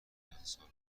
جماعت